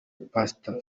pastor